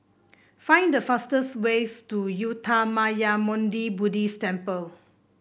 find the fastest ways to Uttamayanmuni Buddhist Temple